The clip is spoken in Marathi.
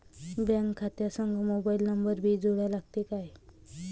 बँक खात्या संग मोबाईल नंबर भी जोडा लागते काय?